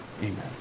Amen